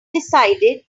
decided